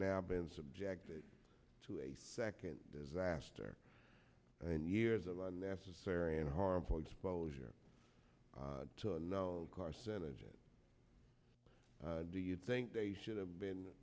now been subjected to a second disaster and years of unnecessary and harmful exposure to carcinogen do you think they should have been